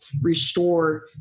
restore